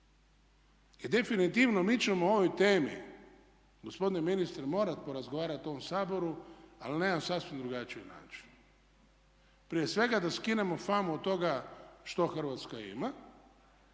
I definitivno mi ćemo o ovoj temi gospodine ministre morati porazgovarati u ovom Saboru ali na jedan sasvim drugačiji način. Prije svega da skinemo famu od toga što Hrvatska ima